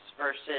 versus